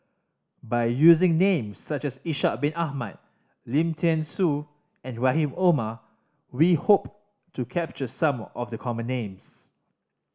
by using names such as Ishak Bin Ahmad Lim Thean Soo and Rahim Omar we hope to capture some of the common names